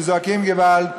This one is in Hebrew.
שזועקים געוואלד,